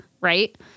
right